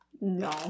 No